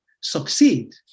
succeed